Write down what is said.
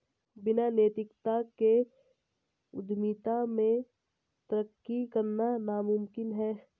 बिना नैतिकता के उद्यमिता में तरक्की करना नामुमकिन है